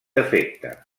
efecte